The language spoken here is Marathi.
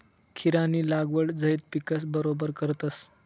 खीरानी लागवड झैद पिकस बरोबर करतस